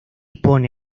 pone